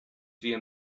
via